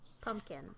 Pumpkin